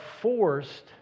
forced